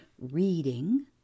reading